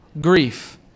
grief